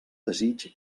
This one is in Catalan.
desig